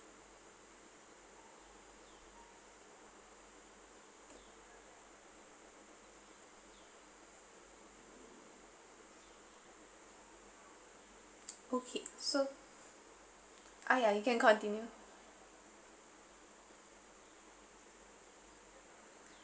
okay so ah ya you can continue